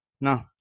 no